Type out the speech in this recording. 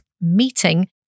meeting